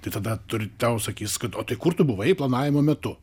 tai tada turi tau sakys kad o tai kur tu buvai planavimo metu